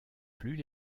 plus